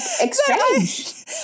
exchange